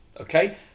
Okay